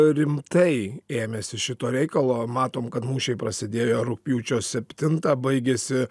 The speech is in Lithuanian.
rimtai ėmėsi šito reikalo matom kad mūšiai prasidėjo rugpjūčio septintą baigėsi